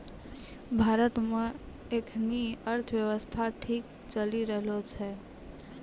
भारत मे एखनी अर्थव्यवस्था ठीक चली रहलो छै